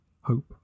Hope